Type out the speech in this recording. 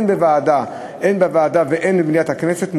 הן בוועדה והן במליאת הכנסת,